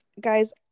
Guys